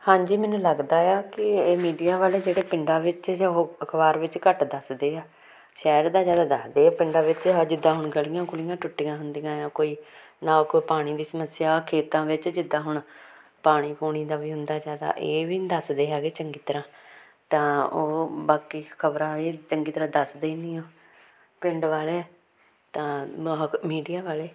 ਹਾਂਜੀ ਮੈਨੂੰ ਲੱਗਦਾ ਆ ਕਿ ਇਹ ਮੀਡੀਆ ਵਾਲੇ ਜਿਹੜੇ ਪਿੰਡਾਂ ਵਿੱਚ ਜਾਂ ਉਹ ਅਖਬਾਰ ਵਿੱਚ ਘੱਟ ਦੱਸਦੇ ਆ ਸ਼ਹਿਰ ਦਾ ਜ਼ਿਆਦਾ ਦੱਸਦੇ ਆ ਪਿੰਡਾਂ ਵਿੱਚ ਜਿੱਦਾਂ ਹੁਣ ਗਲੀਆਂ ਗੁਲੀਆਂ ਟੁੱਟੀਆਂ ਹੁੰਦੀਆਂ ਆ ਕੋਈ ਨਾ ਕੋਈ ਪਾਣੀ ਦੀ ਸਮੱਸਿਆ ਖੇਤਾਂ ਵਿੱਚ ਜਿੱਦਾਂ ਹੁਣ ਪਾਣੀ ਪੂਣੀ ਦਾ ਵੀ ਹੁੰਦਾ ਜ਼ਿਆਦਾ ਇਹ ਵੀ ਨਹੀਂ ਦੱਸਦੇ ਹੈਗੇ ਚੰਗੀ ਤਰ੍ਹਾਂ ਤਾਂ ਉਹ ਬਾਕੀ ਖਬਰਾਂ ਵੀ ਚੰਗੀ ਤਰ੍ਹਾਂ ਦੱਸਦੇ ਨਹੀਂ ਆ ਪਿੰਡ ਵਾਲੇ ਤਾਂ ਉਹ ਮੀਡੀਆ ਵਾਲੇ